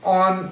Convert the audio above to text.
on